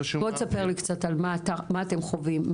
שהוא מעביר -- בוא תספר לי קצת מה אתם חווים,